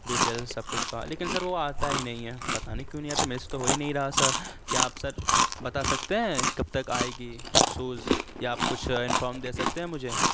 detail سب کچھ کا لیکن سر وہ آتا ہی نہیں ہیں پتا نہیں کیوں نہیں آتا میں سے تو ہو ہی نہیں رہا سر کیا آپ سر بتا سکتے ہیں کب تک آئے گی سوز یا آپ کچھ انفام دے سکتے ہیں مجھے